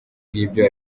ngibyo